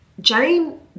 Jane